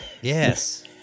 Yes